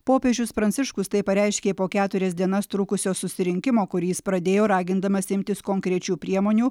popiežius pranciškus tai pareiškė po keturias dienas trukusio susirinkimo kurį jis pradėjo ragindamas imtis konkrečių priemonių